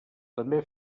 també